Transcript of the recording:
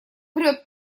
врёт